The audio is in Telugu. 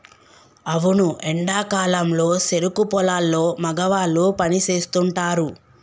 అవును ఎండా కాలంలో సెరుకు పొలాల్లో మగవాళ్ళు పని సేస్తుంటారు